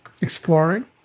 exploring